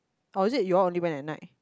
or is it y'all only went at night